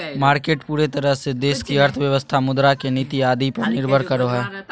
market पूरे तरह से देश की अर्थव्यवस्था मुद्रा के नीति आदि पर निर्भर करो हइ